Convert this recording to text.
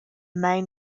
main